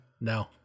no